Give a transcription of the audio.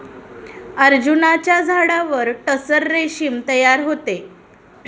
अर्जुनाच्या झाडावर टसर रेशीम तयार होते